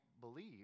believe